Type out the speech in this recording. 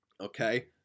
Okay